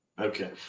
Okay